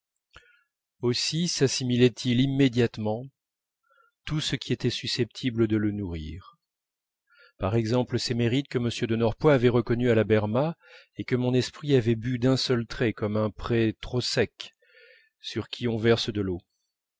aussi sassimilait il immédiatement tout ce qui était susceptible de le nourrir par exemple ces mérites que m de norpois avait reconnus à la berma et que mon esprit avait bus d'un seul trait comme un pré trop sec sur qui on verse de l'eau